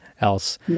else